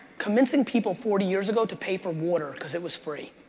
convincing people forty years ago to pay for water, cause it was free.